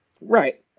Right